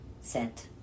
sent